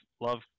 love